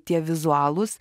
tie vizualūs